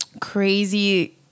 crazy